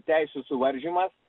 teisių suvaržymas